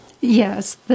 Yes